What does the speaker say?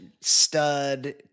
stud